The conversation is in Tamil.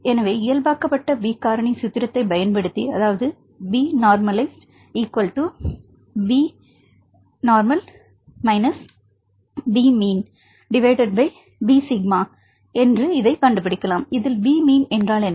எனவே இயல்பாக்கப்பட்ட B காரணி சூத்திரத்தைப் பயன்படுத்தி Bnorm Bα இதை கண்டு பிடிக்கலாம் இதில் பி மீன் என்றால் என்ன